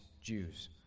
Jews